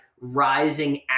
rising